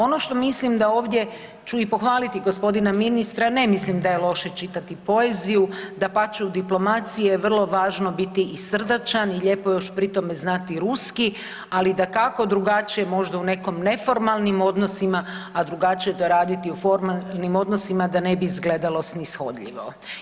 Ono što mislim da ovdje ću i pohvaliti g. ministra, ne mislim da je loše čitati poeziju, dapače u diplomaciji je vrlo važno biti i srdačan i lijepo je još pri tome znati ruski, ali dakako, drugačije možda u nekom neformalnim odnosima, a drugačije je to raditi u formalnim odnosima, da ne bi izgleda snishodljivo.